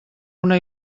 una